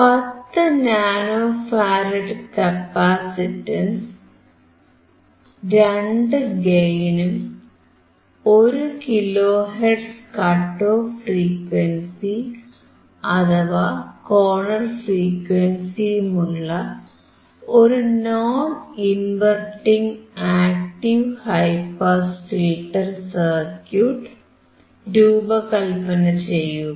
10 nano farad കപ്പാസിറ്റൻസിൽ 2 ഗെയിനും 1 kilo hertz cutoff frequency അഥവാ കോർണർ ഫ്രീക്വൻസിയുമുള്ള ഒരു non inverting active high pass filter circuit രൂപകല്പന ചെയ്യുക